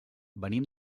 venim